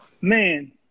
man